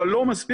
אבל לא מספיק.